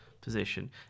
position